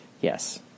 Yes